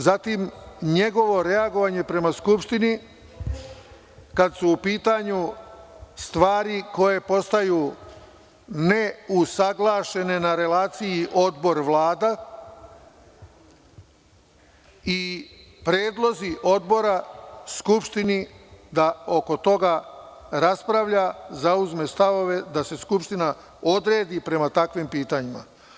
Zatim, njegovo reagovanje prema Skupštini kad su u pitanju stvari koje postaju neusaglašene na relaciji Odbor-Vlada i predlozi Odbora Skupštini da oko toga raspravlja, zauzme stavove, da se Skupština odredi prema takvim pitanjima.